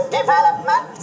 development